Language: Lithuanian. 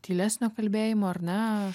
tylesnio kalbėjimo ar ne